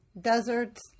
deserts